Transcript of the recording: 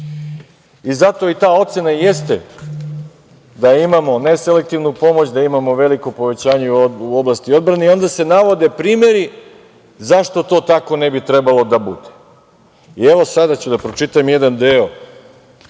i ta ocena i jeste da imamo neselektivnu pomoć, da imamo veliko povećanje u oblasti odbrane i onda se navode primeri zašto to tako ne bi trebalo da bude. Evo, sada ću da pročitam jedan deo